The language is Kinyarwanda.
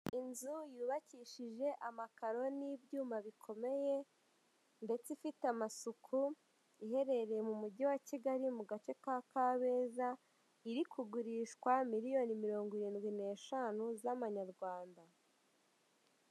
Inzu yubakishije amakaro n'ibyuma bikomeye ndetse ifite amasuku iherereye mu mujyi wa Kigali mu gace ka Kabeza, iri kugurishwa miliyoni mirongo irindwi n'eshanu z'amanyarwanda.